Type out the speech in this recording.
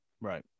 Right